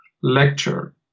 lecture